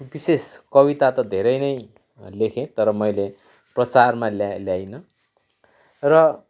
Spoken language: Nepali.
विशेष कविता त धेरै नै लेखेँ तर मैले प्रचारमा ल्याइनँ र